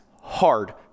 hard